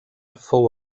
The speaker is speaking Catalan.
fou